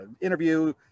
interview